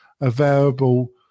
available